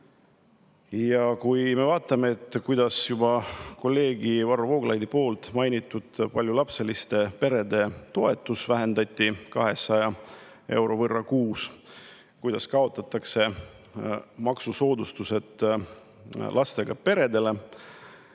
Kui me vaatame, kuidas juba kolleeg Varro Vooglaiu mainitud paljulapseliste perede toetust vähendati 200 euro võrra kuus ja kuidas kaotatakse maksusoodustused lastega peredele,